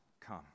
come